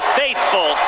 faithful